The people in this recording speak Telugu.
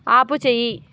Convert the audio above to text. ఆపుచేయి